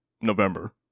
November